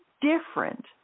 different